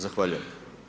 Zahvaljujem.